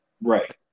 Right